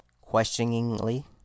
questioningly